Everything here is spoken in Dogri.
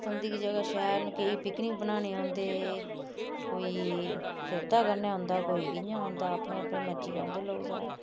पसंद गी जगह् शैल न केईं पिकनिक बनाने गी औंदे कोई श्रदा कन्नै औंदा कोई कि'यां औंदा अपने अपने मर्जी औंदे लोग सारे